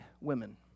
women